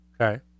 Okay